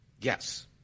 Yes